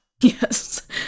Yes